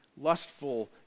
lustful